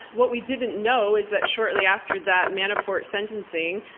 what we didn't know is that shortly after that manafort sentencing,